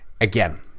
again